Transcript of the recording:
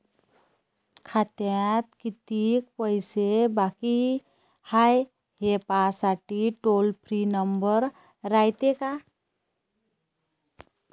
खात्यात कितीक पैसे बाकी हाय, हे पाहासाठी टोल फ्री नंबर रायते का?